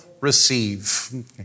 receive